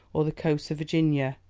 or the coasts of virginia,